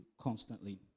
constantly